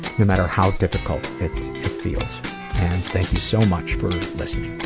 no matter how difficult it feels. and thank you so much for listening